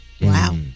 Wow